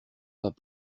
pas